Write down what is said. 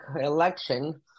election